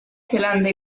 zelanda